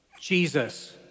Jesus